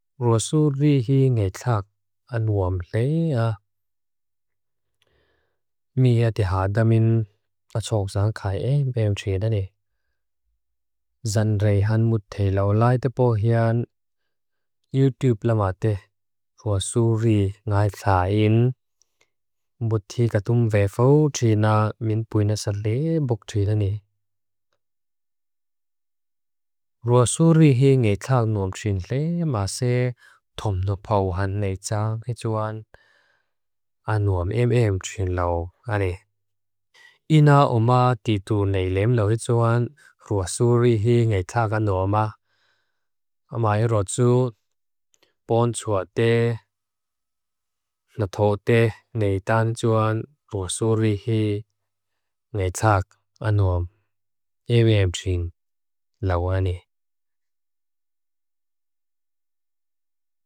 Rua su ri hi nge klak anuam lea, mea de haa damin achok zaang khae beam treedane. Zan reihan mud thei lau lai te pohean, yu tube la maa teh. Rua su ri ngai thaa in, mud thi kathum vea phau tree naa min pui nasa lea bok treedane. Rua su ri hi nge klak nuam tree lea maa se thom nopaw han nei jaa he joan. Rua su ri hi nge klak anuam anuam em em trin lau ane. I naa omaa titu nei lem lau he joan. Rua su ri hi nge klak anuam maa. A maa i roju, pon tsua te, naa thok te nei tan joan. Rua su ri hi nge klak anuam em em trin lau ane.